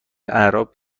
اعراب